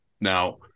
Now